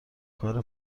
کار